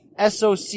SOC